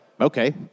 okay